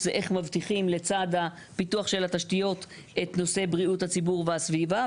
זה איך מבטיחים לצד הפיתוח של התשתיות את נושא בריאות הציבור והסביבה,